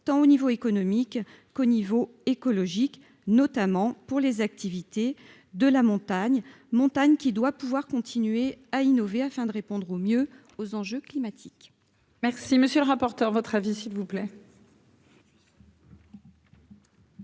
tant au niveau économique qu'au niveau écologique, notamment pour les activités de la montagne montagne qui doit pouvoir continuer à innover afin de répondre au mieux aux enjeux climatiques. Merci, monsieur le rapporteur, votre avis s'il vous plaît.